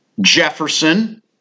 Jefferson